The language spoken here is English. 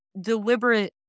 deliberate